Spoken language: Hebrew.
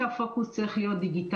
הפוקוס לא צריך להיות דיגיטלי.